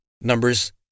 Numbers